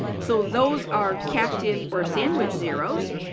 so those are captive or sandwiched zeroes.